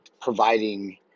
providing